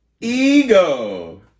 Ego